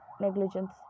negligence